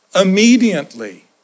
Immediately